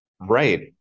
Right